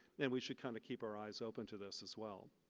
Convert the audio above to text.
and we should kind of keep our eyes open to this as well.